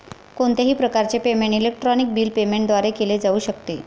कोणत्याही प्रकारचे payment electronic bill payment द्वारे केले जाऊ शकते